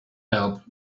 help